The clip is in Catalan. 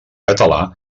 català